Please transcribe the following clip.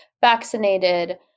vaccinated